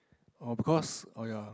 oh because oh ya